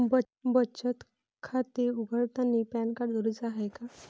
बचत खाते उघडतानी पॅन कार्ड जरुरीच हाय का?